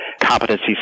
competency